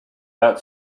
that